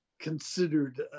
Considered